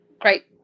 great